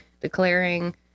declaring